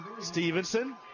Stevenson